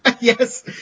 Yes